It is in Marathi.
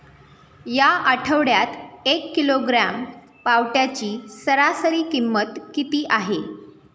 या आठवड्यात एक किलोग्रॅम पावट्याची सरासरी किंमत किती आहे?